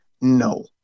no